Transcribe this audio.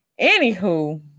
anywho